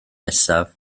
nesaf